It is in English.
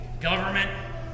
government